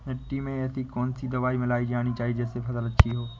मिट्टी में ऐसी कौन सी दवा मिलाई जानी चाहिए जिससे फसल अच्छी हो?